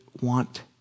want